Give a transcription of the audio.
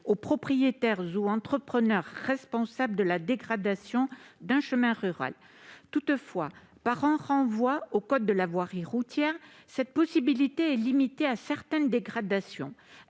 aux propriétaires ou aux entrepreneurs responsables de la dégradation d'un chemin rural. Toutefois, par un renvoi au code de la voirie routière, cette possibilité est limitée à certaines dégradations.